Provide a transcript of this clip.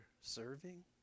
serving